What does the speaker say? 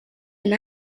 and